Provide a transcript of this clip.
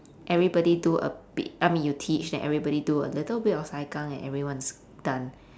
everybody do a bit I mean you teach let everybody do a little bit of sai kang and everyone's done